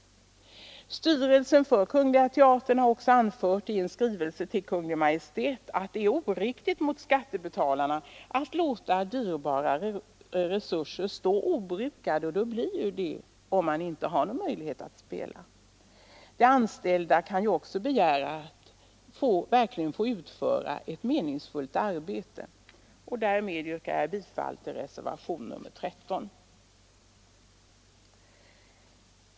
Styrelsen för Operan har också i en skrivelse till Kungl. Maj:t anfört att det är oriktigt mot skattebetalarna att låta dyrbara resurser stå obrukade, vilket naturligtvis blir fallet om man inte har någon möjlighet att spela. De anställda kan också begära att få utföra ett meningsfullt arbete. Därmed yrkar jag bifall till reservationen 13.